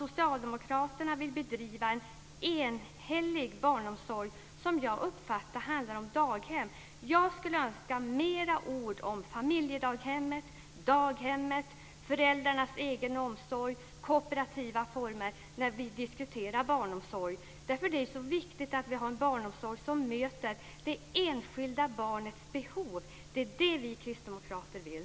Socialdemokraterna vill bedriva en enhetlig barnomsorg, som jag uppfattar handlar om daghem. Jag skulle önska fler ord om familjedaghemmet, föräldrarnas egen omsorg och kooperativa former när vi diskuterar barnomsorg. Det är så viktigt att vi har en barnomsorg som möter det enskilda barnets behov. Det är det vi kristdemokrater vill.